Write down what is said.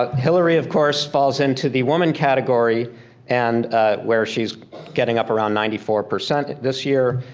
ah hillary, of course, falls into the woman category and where she's getting up around ninety four percent this year.